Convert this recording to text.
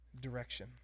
direction